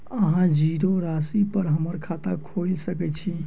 अहाँ जीरो राशि पर हम्मर खाता खोइल सकै छी?